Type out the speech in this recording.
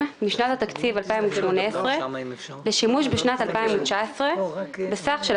משנת התקציב 2018 לשימוש בשנת 2019 בסך של